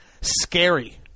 scary